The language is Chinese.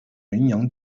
巡洋舰